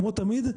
כמו תמיד,